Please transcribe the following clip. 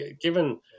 Given